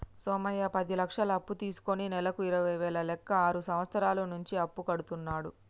సోమయ్య పది లక్షలు అప్పు తీసుకుని నెలకు ఇరవై వేల లెక్క ఆరు సంవత్సరాల నుంచి అప్పు కడుతున్నాడు